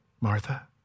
Martha